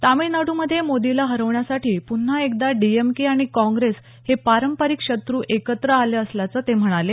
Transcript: तामिळनाडूमध्ये मोदीला हरवण्यासाठी पुन्हा एकदा डी एम के आणि काँग्रेस हे पारंपरिक शत्रू एकत्र आले असल्याचं ते म्हणाले